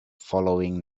following